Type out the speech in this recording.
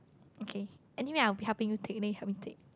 okay anyway I will be helping you take then you help me take